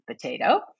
potato